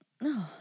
No